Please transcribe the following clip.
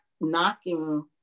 knocking